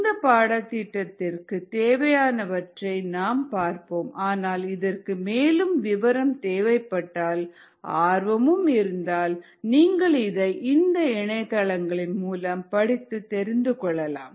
இந்த பாடத்திட்டத்திற்கு தேவையானவற்றை நாம் பார்ப்போம் ஆனால் இதற்கு மேலும் விவரம் தேவைப்பட்டால் ஆர்வமும் இருந்தால் நீங்கள் இதை இந்த இணையதளங்கள் மூலம் படித்து தெரிந்து கொள்ளலாம்